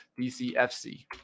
DCFC